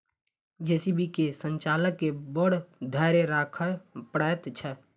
JCB के संचालक के बड़ धैर्य राखय पड़ैत छै